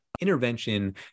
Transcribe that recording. intervention